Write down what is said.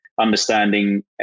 understanding